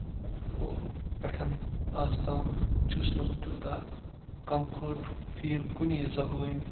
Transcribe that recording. پیٚٹھ ازتام چھُس نہٕ بہٕ تیٛوٗتاہ کَمفٲٹ فیٖل کُنی زَبٲنۍ